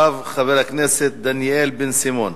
אחריו, חבר הכנסת דניאל בן-סימון.